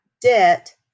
debt